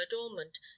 adornment